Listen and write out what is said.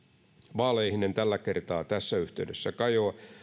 vaaleihin en tällä kertaa tässä yhteydessä kajoa